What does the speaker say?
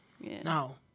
no